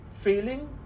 Failing